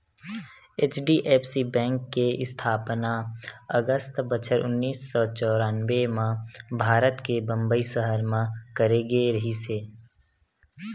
HDFC bank के इस्थापना अगस्त बछर उन्नीस सौ चौरनबें म भारत के बंबई सहर म करे गे रिहिस हे